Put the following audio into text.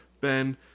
Ben